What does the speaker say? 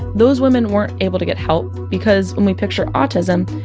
those women weren't able to get help because when we picture autism,